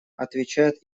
отвечает